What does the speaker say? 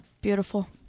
Beautiful